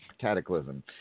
cataclysm